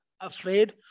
afraid